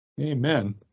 Amen